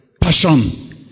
Passion